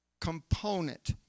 component